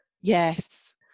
Yes